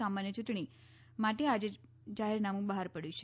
સામાન્ય યૂંટણી માટે આજે જાહેરનામું બહાર પડ્યું છે